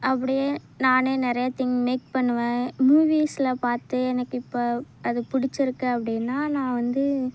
அப்படியே நானே நிறைய திங் மேக் பண்ணுவேன் மூவிஸில் பார்த்து எனக்கு இப்போ அது பிடிச்சிருக்கு அப்படீன்னா நான் வந்து